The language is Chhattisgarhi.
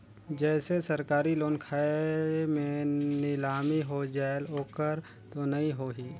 जैसे सरकारी लोन खाय मे नीलामी हो जायेल ओकर तो नइ होही?